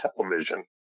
television